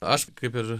aš kaip ir